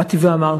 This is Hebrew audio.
באתי ואמרתי: